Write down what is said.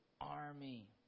army